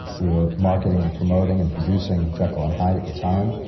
we were marketing and promoting and producing jekyll and hyde at the time.